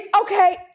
Okay